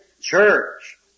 Church